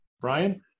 Brian